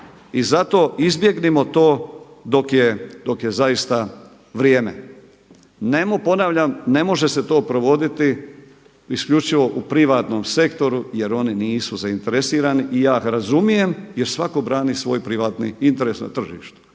I zato izbjegnimo to dok je zaista vrijeme. Ponavljam, ne može se to provoditi isključivo u privatnom sektoru jer oni nisu zainteresirani i ja razumijem jer svako brani svoj privatni interes na tržištu.